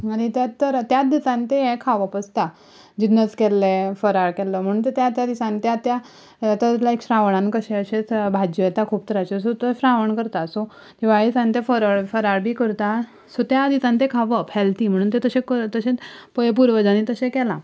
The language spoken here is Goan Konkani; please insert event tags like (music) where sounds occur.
आनी त्याच (unintelligible) दिसांनी तें हें खावप आसता जिनस केल्ले फराळ केल्लो म्हणचे तें त्या त्या दिसांनी त्या त्या आतां लायक श्रावणान कशें अशेंच भाज्यो येता खूब तरांच्यो सो ते श्रावण करता सो दिवाळेक आमी ते फरळ फराळ बी करता सो त्या दिसांनी ते खावप हॅल्थी म्हणून ते तशें करप तशें पुर्वजांनीं तशें केलां